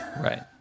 Right